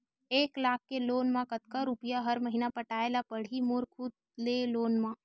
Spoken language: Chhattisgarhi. एक लाख के लोन मा कतका रुपिया हर महीना पटाय ला पढ़ही मोर खुद ले लोन मा?